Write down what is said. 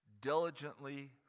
diligently